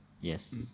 Yes